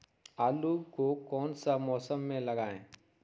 आलू को कौन सा मौसम में लगाए?